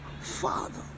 Father